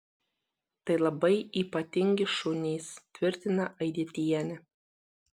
tai labai ypatingi šunys tvirtina aidietienė